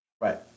Right